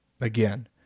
again